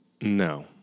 No